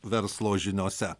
verslo žiniose